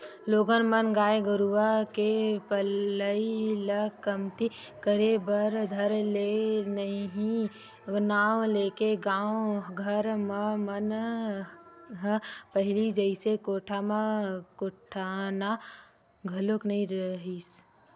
लोगन मन गाय गरुवा के पलई ल कमती करे बर धर ले उहीं नांव लेके गाँव घर के मन ह पहिली जइसे कोठा म कोटना घलोक नइ रखय